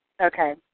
Okay